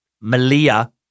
Malia